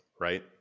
right